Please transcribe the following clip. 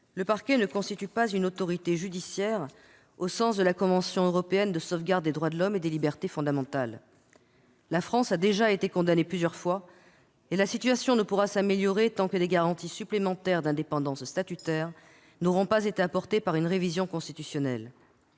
celui-ci ne constitue pas une « autorité judiciaire » au sens de la Convention européenne de sauvegarde des droits de l'homme et des libertés fondamentales. La France a déjà été condamnée plusieurs fois. La situation ne pourra pas s'améliorer tant que des garanties supplémentaires d'indépendance statutaire n'auront pas été apportées par une révision constitutionnelle.